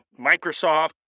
Microsoft